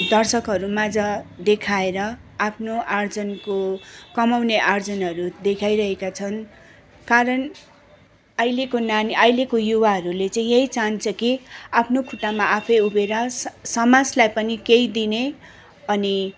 दर्शकहरूमाझ देखाएर आफ्नो आर्जनको कमाउने आर्जनहरू देखाइरहेका छन् कारण अहिलेको नानी अहिलेको युवाहरूले चाहिँ यही चाहन्छ कि आफ्नो खुट्टामा आफै उभिएर स समाजलाई पनि केही दिने अनि